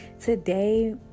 Today